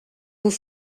vous